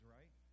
right